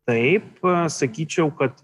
taip sakyčiau kad